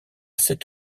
sept